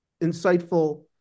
insightful